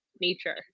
nature